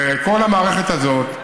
כל המערכת הזאת,